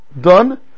Done